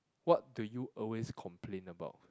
what do you always complain about